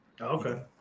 Okay